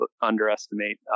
underestimate